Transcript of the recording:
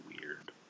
weird